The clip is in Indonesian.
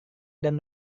dan